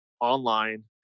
online